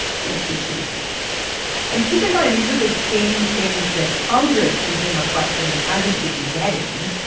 can't be seen and keep in mind, these are the same things that congress has been requesting and hasn't been getting.